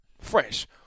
Fresh